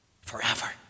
forever